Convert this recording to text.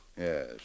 Yes